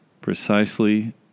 precisely